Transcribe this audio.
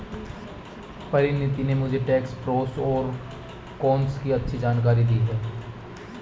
परिनीति ने मुझे tax pros और कोन्स की अच्छी जानकारी दी है